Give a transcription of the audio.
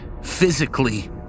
physically